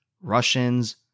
Russians